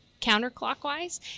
counterclockwise